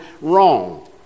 wrong